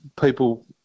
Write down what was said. people